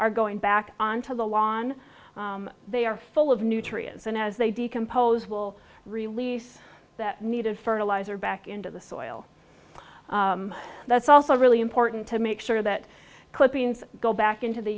are going back on to the lawn they are full of nutrients and as they decompose will release that needed fertilizer back into the soil that's also really important to make sure that clippings go back into the